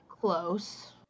Close